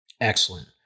Excellent